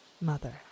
mother